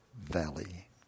Valley